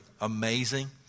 amazing